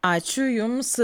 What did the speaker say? ačiū jums